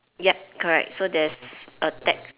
yup correct so there's a tax~